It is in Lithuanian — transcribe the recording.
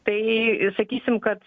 tai sakysim kad